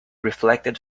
reflected